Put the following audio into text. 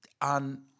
On